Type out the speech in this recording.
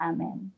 Amen